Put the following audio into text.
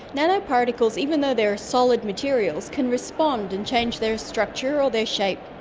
nano-particles, even though they're solid materials, can respond and change their structure of their shape,